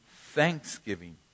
thanksgiving